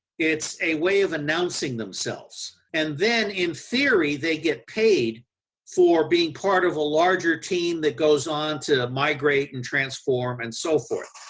it's a way of announcing themselves and then, in theory, they get paid for being part of a larger team that goes on to migrate and transform and so forth.